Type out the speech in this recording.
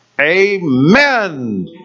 Amen